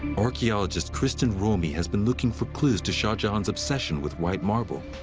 archaeologist kristin romey has been looking for clues to shah jahan's obsession with white marble.